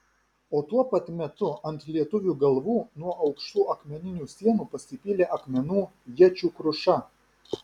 o tuo pat metu ant lietuvių galvų nuo aukštų akmeninių sienų pasipylė akmenų iečių kruša